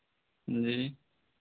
जी